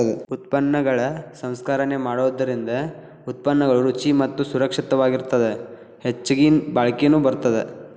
ಉತ್ಪನ್ನಗಳ ಸಂಸ್ಕರಣೆ ಮಾಡೋದರಿಂದ ಉತ್ಪನ್ನಗಳು ರುಚಿ ಮತ್ತ ಸುರಕ್ಷಿತವಾಗಿರತ್ತದ ಹೆಚ್ಚಗಿ ಬಾಳಿಕೆನು ಬರತ್ತದ